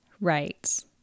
Right